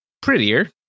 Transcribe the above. prettier